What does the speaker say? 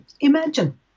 imagine